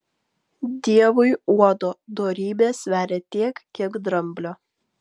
dievui uodo dorybė sveria tiek kiek dramblio